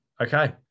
Okay